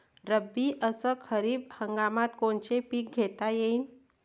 रब्बी अस खरीप हंगामात कोनचे पिकं घेता येईन?